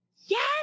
Yes